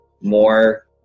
more